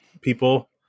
people